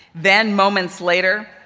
then, moments later,